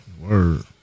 Word